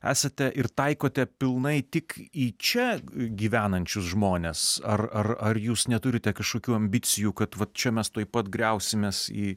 esate ir taikote pilnai tik į čia gyvenančius žmones ar ar ar jūs neturite kažkokių ambicijų kad vat čia mes tuoj pat griausimės į